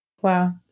Wow